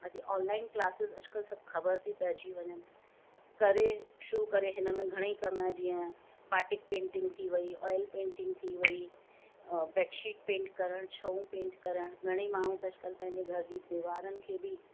अॼु online classes अॼुकल्ह ख़बर थी पेईजी वञनि करे शुरू करे हिन में घणेई कमाए जीअं बाटिक पेंटिंग थी वेई ऑयल पेंटिंग थी वेई बेडशीट पेंट करण छऊं पेंट करण घणेई माण्हू त अॼुकल्ह पंहिंजी घर जी दीवारनि खे बि